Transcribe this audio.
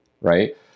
right